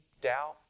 doubt